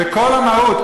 וכל המהות,